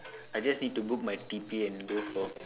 I just need to book my T_P and go for